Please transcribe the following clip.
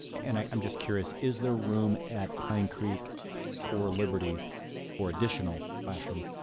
and i'm just curious, is there room at pine creek or liberty for additional classroom